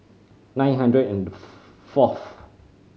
nine hundred and forth